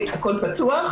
הכול פתוח,